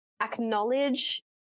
acknowledge